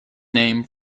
name